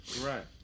Right